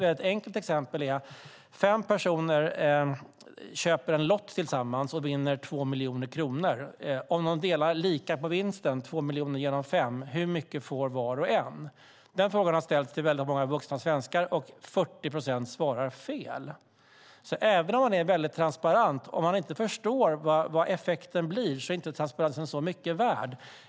Ett enkelt exempel är att fem personer köper en lott tillsammans och vinner 2 miljoner kronor. Om de delar lika på vinsten, alltså två miljoner delat med fem, hur mycket får var och en? Den frågan har ställts till ett stort antal vuxna svenskar. Det visar sig att 40 procent svarar fel. Även om det finns god transparens är den inte mycket värd om kunderna inte förstår vad effekten blir.